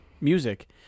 music